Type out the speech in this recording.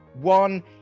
one